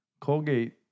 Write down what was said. Colgate